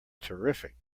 terrific